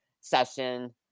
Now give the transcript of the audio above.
session